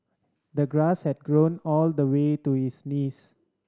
the grass had grown all the way to his knees